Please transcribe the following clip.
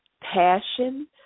passion